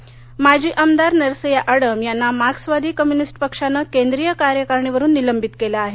आडम माजी आमदार नरसय्या आडम यांना मार्क्सवादी कम्युनिस्ट पक्षानं केंद्रीय कार्यकारिणीवरून निलंबित केलं आहे